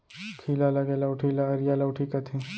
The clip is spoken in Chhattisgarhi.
खीला लगे लउठी ल अरिया लउठी कथें